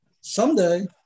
Someday